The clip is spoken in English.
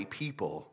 people